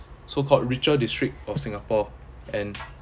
so called richer district of singapore and